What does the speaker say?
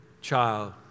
child